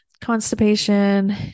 constipation